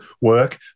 work